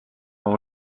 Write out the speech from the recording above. oma